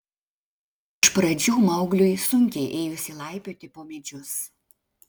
iš pradžių maugliui sunkiai ėjosi laipioti po medžius